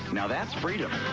now that's freedom.